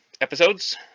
episodes